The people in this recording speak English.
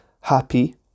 happy